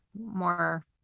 more